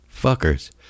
fuckers